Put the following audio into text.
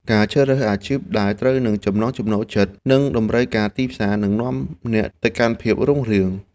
ការជ្រើសរើសអាជីពដែលត្រូវនឹងចំណង់ចំណូលចិត្តនិងតម្រូវការទីផ្សារនឹងនាំអ្នកទៅកាន់ភាពរុងរឿង។